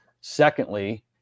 Secondly